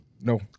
No